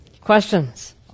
Questions